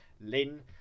Lin